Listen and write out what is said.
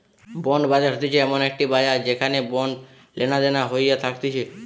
bond বাজার হতিছে এমন একটি বাজার যেখানে বন্ড লেনাদেনা হইয়া থাকতিছে